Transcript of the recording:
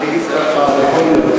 כתב וכתבת.